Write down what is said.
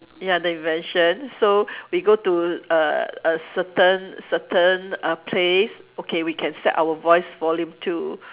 ya the invention so we go to a a certain certain uh place okay we can set our voice volume to